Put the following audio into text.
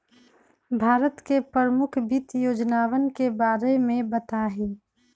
भारत के प्रमुख वित्त योजनावन के बारे में बताहीं